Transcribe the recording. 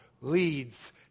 leads